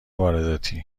وارداتی